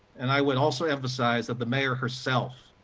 and i would also emphasize that the mayor herself,